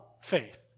faith